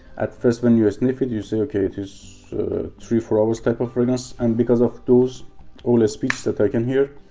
at first when you sniff it you say okay it is three four hours type of fragrance and because of those all speeches that i can hear